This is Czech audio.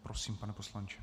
Prosím, pane poslanče.